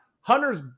Hunter's